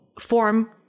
form